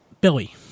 Billy